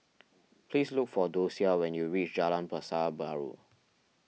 please look for Dosia when you reach Jalan Pasar Baru